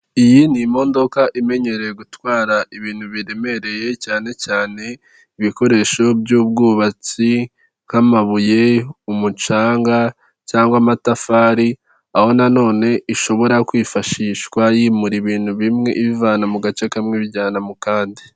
Iyi n'imodoka imenyereye gutwara ibintu biremereye cyane cyane ibikoresho by'ubwubatsi, nk'amabuye, umucanga cyangwa amatafari, aho na none ishobora kwifashishwa y'imura ibintu bimwe ibivana mu gace kamwe ibijyana mu kandi.